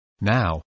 Now